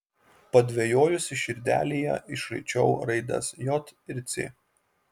padvejojusi širdelėje išraičiau raides j ir c